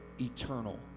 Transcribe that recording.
eternal